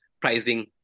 pricing